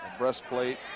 breastplate